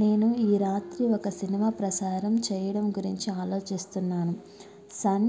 నేను ఈ రాత్రి ఒక సినిమా ప్రసారం చేయడం గురించి ఆలోచిస్తున్నాను సన్